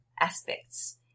aspects